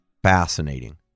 fascinating